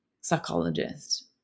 psychologist